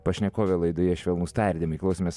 pašnekovė laidoje švelnūs tardymai klausėmės